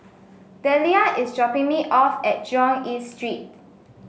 Dellia is dropping me off at Jurong East Street